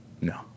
No